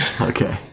Okay